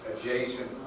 Adjacent